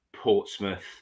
Portsmouth